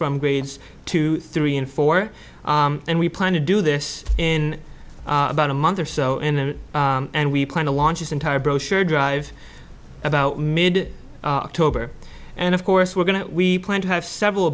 from grades two three and four and we plan to do this in about a month or so and then and we plan to launch this entire brochure drive about mid october and of course we're going to we plan to have several